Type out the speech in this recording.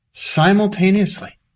simultaneously